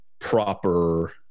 proper